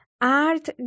art